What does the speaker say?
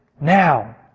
Now